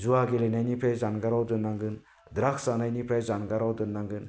जुवा गेलेनायनिफ्राय जानगाराव दोननांगोन द्राग्स जानायनिफ्राय जानगाराव दोननांगोन